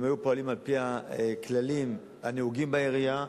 ואם היו פועלים על-פי הכללים הנהוגים בעירייה,